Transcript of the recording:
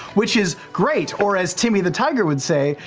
which is great, or as timmy the tiger would say,